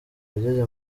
yageze